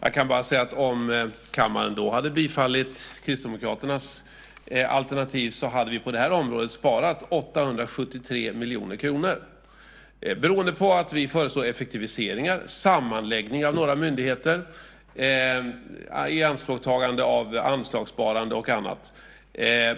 Men om kammaren då hade bifallit Kristdemokraternas alternativ hade vi på detta område sparat 873 miljoner kronor beroende på att vi föreslår effektiviseringar, sammanläggningar av några myndigheter, ianspråktagande av anslagssparande och annat.